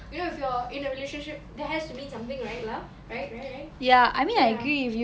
you know if you're in a relationship that has to mean something right lah right right